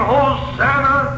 Hosanna